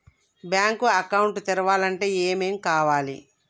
Bank account తెరవాలంటే ఏమేం కావాలి?